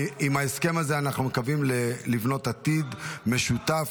עם ההסכם הזה אנחנו מקווים לבנות עתיד משותף